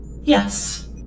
Yes